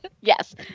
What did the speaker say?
Yes